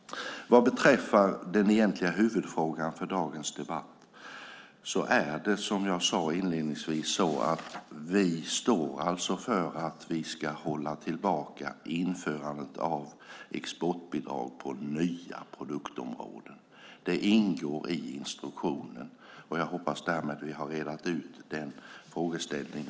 Vad beträffar den egentliga huvudfrågan för dagens debatt är det som jag sade inledningsvis; vi står för att vi ska hålla tillbaka införandet av exportbidrag på nya produktområden. Det ingår i instruktionen, och jag hoppas därmed att vi har rett ut denna frågeställning.